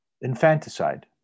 infanticide